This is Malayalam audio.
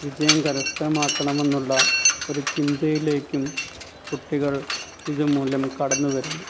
വിജയം കരസ്ഥമാക്കണമെന്നുള്ള ഒരു ചിന്തയിലേക്കും കുട്ടികൾ ഇതുമൂലം കടന്നു വരുന്നു